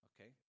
Okay